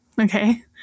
Okay